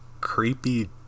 Creepy